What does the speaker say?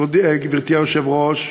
גברתי היושבת-ראש,